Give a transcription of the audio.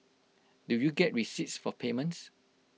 do you get receipts for payments